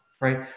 right